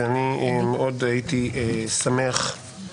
זה מרשים מאוד, גלעד.